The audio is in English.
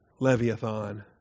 Leviathan